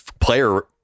player